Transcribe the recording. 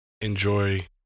enjoy